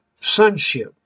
sonship